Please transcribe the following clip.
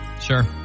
Sure